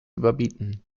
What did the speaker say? überbieten